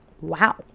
wow